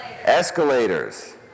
Escalators